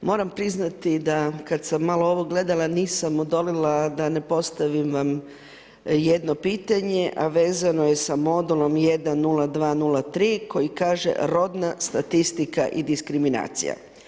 Moram priznati da kad sam malo ovo gledala nisam odolila da ne postavim vam jedno pitanje, a vezano je sa modulom 1.0.2.0.3. koji kaže: rodna statistika i diskriminacija.